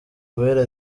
uwera